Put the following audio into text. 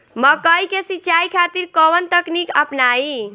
मकई के सिंचाई खातिर कवन तकनीक अपनाई?